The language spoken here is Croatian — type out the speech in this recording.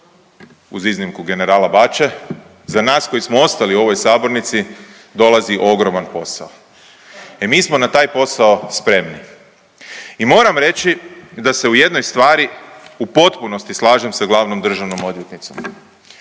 uz iznimku generala Baće, za nas koji smo ostali u ovoj sabornici dolazi ogroman posao, e mi smo na taj posao spremni i moram reći da se u jednoj stvari u potpunosti slažem sa glavnom državnom državnom